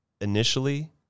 Initially